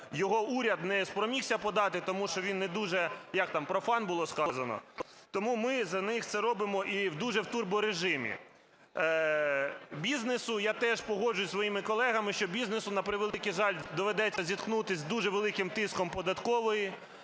його уряд не спромігся подати, тому що він не дуже, як там, профан, було сказано, тому ми за них це робимо, і дуже в турборежимі. Бізнесу, я теж погоджуюся з своїми колегами, що бізнесу, на превеликий жаль, доведеться зіткнутися з дуже великим тиском податкової